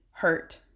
hurt